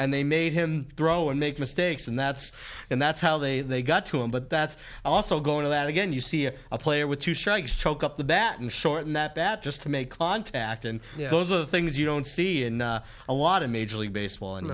and they made him throw and make mistakes and that's and that's how they they got to him but that's also going to that again you see a player with two strikes choke up the baton shorten that bat just to make contact and those are the things you don't see in a lot of major league baseball and